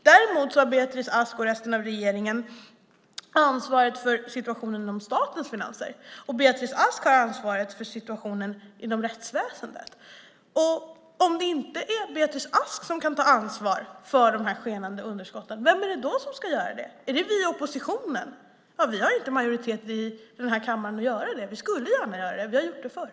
Däremot har Beatrice Ask och resten av regeringen ansvaret för situationen inom statens finanser, och Beatrice Ask har ansvaret för situationen inom rättsväsendet. Om det inte är Beatrice Ask som kan ta ansvar för de skenande underskotten, vem är det då som ska göra det? Är det vi i oppositionen? Vi har inte majoritet i kammaren att göra det. Vi skulle gärna göra det. Vi har gjort det förr.